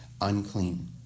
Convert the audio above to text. unclean